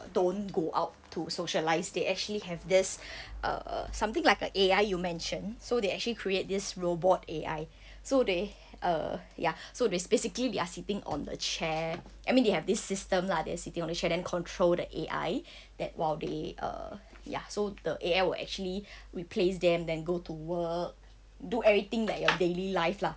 don't go out to socialise they actually have this err something like a A_I you mentioned so they actually create this robot A_I so they uh ya so there's basically they are sitting on a chair I mean they have this system lah they're sitting on a chair then control the A_I that while uh ya so the A_I will actually replace them then go to work do everything like your daily life lah